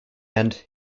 end